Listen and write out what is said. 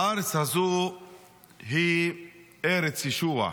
הארץ הזו היא ארץ ישוע,